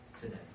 today